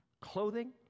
clothing